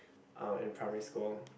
um in primary school